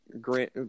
Grant